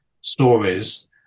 stories